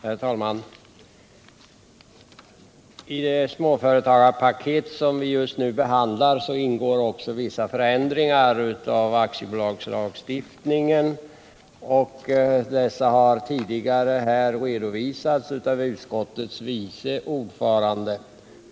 Herr talman! I det småföretagarpaket som vi just nu behandlar ingår också förslag till vissa förändringar i aktiebolagslagstiftningen. Dessa har tidigare redovisats av lagutskottets vice ordförande.